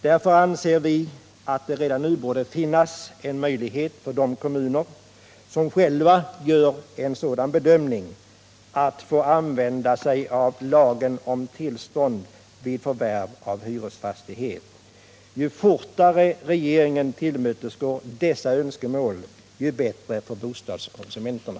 Därför anser vi att det redan nu borde finnas möjlighet för de kommuner, som själva bedömer att det är nödvändigt, att använda lagen om tillstånd vid förvärv av hyresfastigheter. Ju fortare regeringen tillmötesgår detta önskemål, desto bättre för bostadskonsumenterna.